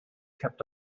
kept